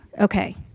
Okay